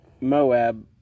Moab